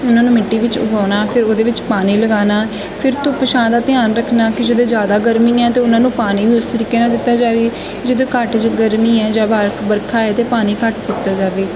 ਉਨ੍ਹਾਂ ਨੂੰ ਮਿੱਟੀ ਵਿੱਚ ਉਗਾਉਣਾ ਫਿਰ ਉਹਦੇ ਵਿੱਚ ਪਾਣੀ ਲਗਾਉਣਾ ਫਿਰ ਧੁੱਪ ਛਾਂ ਦਾ ਧਿਆਨ ਰੱਖਣਾ ਕੇ ਜਦੋਂ ਜ਼ਿਆਦਾ ਗਰਮੀ ਹੈ ਤਾਂ ਉਨ੍ਹਾਂ ਨੂੰ ਪਾਣੀ ਉਸ ਤਰੀਕੇ ਨਾਲ ਦਿੱਤਾ ਜਾਵੇ ਜਦੋਂ ਘੱਟ ਜ ਗਰਮੀ ਹੈ ਜਾਂ ਬਾਹਰ ਵਰਖਾ ਹੈ ਤਾਂ ਪਾਣੀ ਘੱਟ ਦਿੱਤਾ ਜਾਵੇ